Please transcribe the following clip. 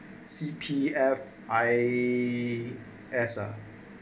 C_P_F_I_S ah